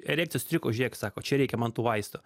erekcija sutriko žiūrėk sako čia reikia man tų vaistų